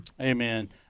Amen